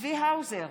צבי האוזר,